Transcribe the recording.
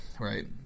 Right